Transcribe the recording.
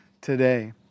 today